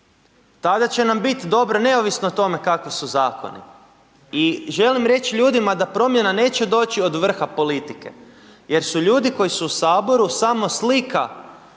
tada će nam bit dobro neovisno o tome kakvi su zakoni. I želim reć ljudima da promjena neće doći od vrha politike, jer su ljudi koji su u saboru samo slika